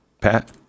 Pat